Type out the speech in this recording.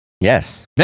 yes